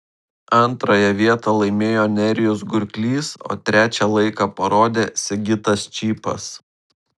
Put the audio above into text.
antrąją vietą laimėjo nerijus gurklys o trečią laiką parodė sigitas čypas